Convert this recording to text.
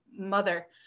mother